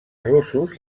russos